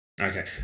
Okay